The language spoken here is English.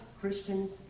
Christians